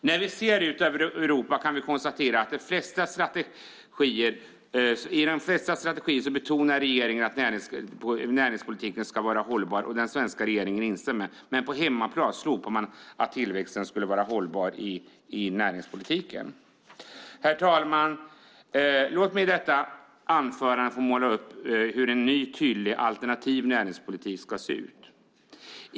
När vi ser ut över Europa kan vi konstatera att i de flesta strategier betonar regeringar att näringspolitiken ska vara hållbar, och den svenska regeringen instämmer. Men på hemmaplan slopade man att tillväxten ska vara hållbar inom näringspolitiken. Herr talman! Låt mig i detta anförande måla upp hur en ny och tydlig alternativ näringspolitik ska se ut.